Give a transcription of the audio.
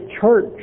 church